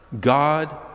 God